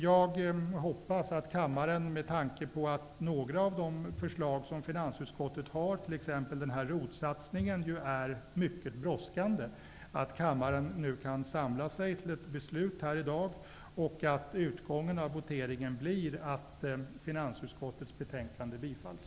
Jag hoppas därför att kammaren, med tanke på att några av finansutskottets förslag, t.ex. ROT satsningen, är mycket brådskande, nu kan samla sig till ett beslut här i dag och att utgången av voteringen blir att hemställan i finansutskottets betänkande bifalles.